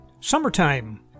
Summertime